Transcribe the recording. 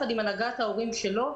ביחד עם הנהגת ההורים שלו,